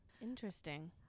Interesting